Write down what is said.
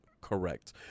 correct